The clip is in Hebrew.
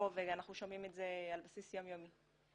ואנחנו שומעים את זה על בסיס יום יומי.